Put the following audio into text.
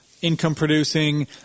income-producing